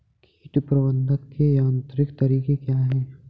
कीट प्रबंधक के यांत्रिक तरीके क्या हैं?